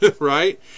right